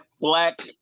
Black